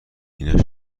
اینا